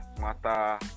Mata